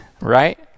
Right